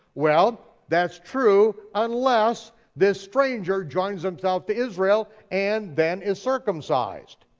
well, that's true unless this stranger joins themself to israel and then is circumcised.